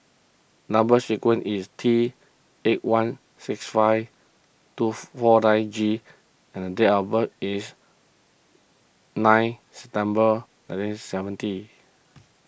Number Sequence is T eight one six five two four nine G and date of birth is nine September nineteen seventy